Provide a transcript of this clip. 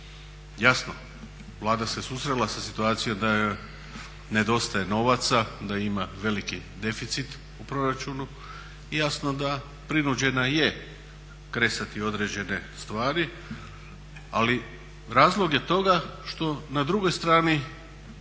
Jasno Vlada se susrela sa situacijom da joj nedostaje novaca, da ima veliki deficit u proračunu i jasno da prinuđena je kresati određen stvari ali razlog je toga što na drugoj strani